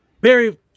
Barry